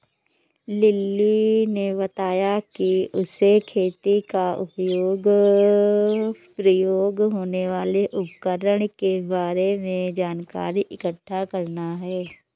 lily ने बताया कि उसे खेती में प्रयोग होने वाले उपकरण के बारे में जानकारी इकट्ठा करना है